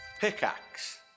Pickaxe